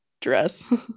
dress